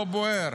זה לא בוער.